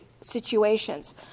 situations